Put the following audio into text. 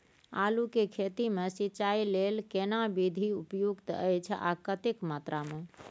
आलू के खेती मे सिंचाई लेल केना विधी उपयुक्त अछि आ कतेक मात्रा मे?